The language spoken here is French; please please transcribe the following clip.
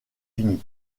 unis